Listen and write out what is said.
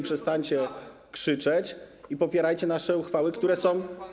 Przestańcie krzyczeć i popierajcie nasze uchwały, które są.